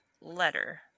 letter